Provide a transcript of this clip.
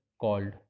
called